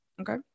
okay